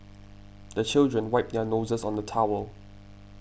the children wipe their noses on the towel